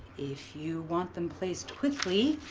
if you want them placed quickly,